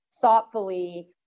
thoughtfully